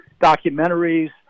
documentaries